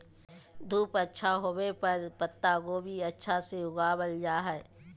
धूप अच्छा होवय पर पत्ता गोभी अच्छा से उगावल जा हय